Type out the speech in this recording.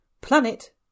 Planet